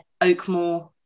Oakmore